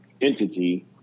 entity